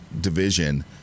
division